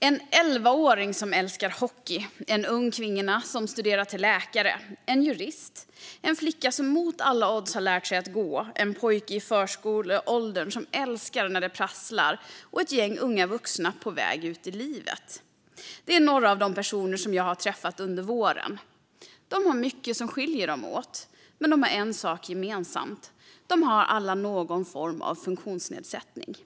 En elvaåring som älskar hockey, en ung kvinna som studerar till läkare, en jurist, en flicka som mot alla odds lärt sig att gå, en pojke i förskoleåldern som älskar när det prasslar och ett gäng unga vuxna på väg ut i livet - det är några av de personer som jag träffat under våren. Mycket skiljer dem åt, men en sak har de gemensamt: De har alla någon form av funktionsnedsättning.